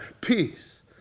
peace